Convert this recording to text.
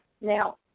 now